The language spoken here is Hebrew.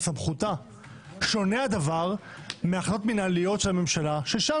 שונה הדבר מהחלטות מינהליות שהממשלה ששם